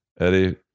eddie